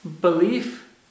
belief